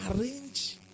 arrange